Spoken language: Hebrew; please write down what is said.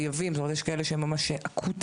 יש כאלה שהם ממש אקוטיים.